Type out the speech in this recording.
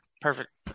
Perfect